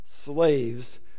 slaves